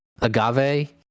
Agave